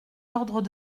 ordres